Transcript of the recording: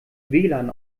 wlan